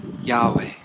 Yahweh